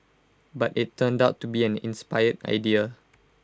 but IT turned out to be an inspired idea